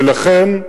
ולכן,